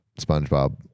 spongebob